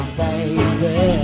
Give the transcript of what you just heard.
baby